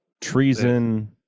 treason